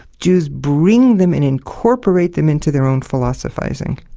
jews bring them and incorporate them into their own philosophising.